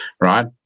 right